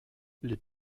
les